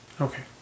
okay